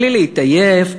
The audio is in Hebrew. בלי להתעייף,